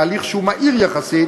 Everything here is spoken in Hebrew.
בהליך שהוא מהיר יחסית